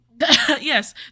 Yes